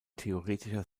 theoretischer